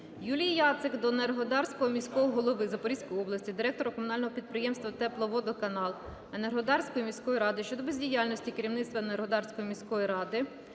Юлії Яцик до Енергодарського міського голови Запорізької області, директора комунального підприємства "Тепловодоканал" Енергодарської міської ради щодо бездіяльності керівництва Енергодарської міської ради